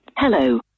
Hello